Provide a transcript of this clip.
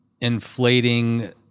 inflating